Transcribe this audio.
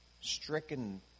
stricken